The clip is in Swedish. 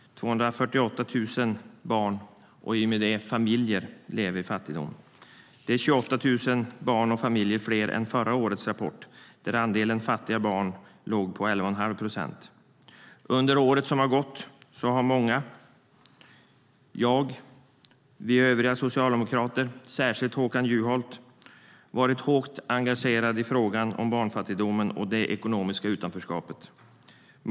248 000 barn, och i och med det familjer, lever i fattigdom. Det är 28 000 barn och familjer fler än enligt förra årets rapport där andelen fattiga barn låg på 11 1⁄2 procent. Under året som har gått har många - jag, övriga socialdemokrater och särskilt Håkan Juholt - varit hårt engagerade i frågan om barnfattigdomen och det ekonomiska utanförskapet.